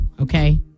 okay